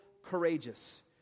courageous